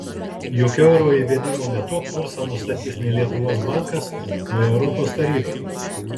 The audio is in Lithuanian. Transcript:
juk euro įvedimo metu kursą nustatys ne lietuvos bankas o europos taryba